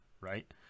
right